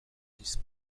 this